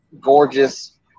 gorgeous